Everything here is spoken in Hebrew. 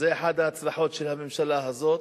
זו אחת ההצלחות של הממשלה הזאת.